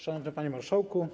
Szanowny Panie Marszałku!